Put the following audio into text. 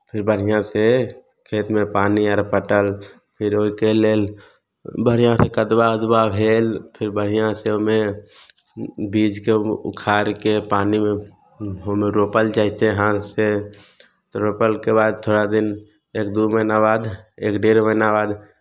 फेर बढ़िआँसँ खेतमे पानि आर पटल फेर ओहिके लेल बढ़िआँसँ कदवा उदवा भेल फेर बढ़िआँसँ ओहिमे बीजकेँ उखाड़ि कऽ पानिमे ओहिमे रोपल जाइ छै हाथसँ तऽ रोपलके बाद थोड़ा दिन एक दू महिना बाद एक डेढ़ महिना बाद